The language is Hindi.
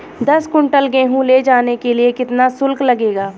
दस कुंटल गेहूँ ले जाने के लिए कितना शुल्क लगेगा?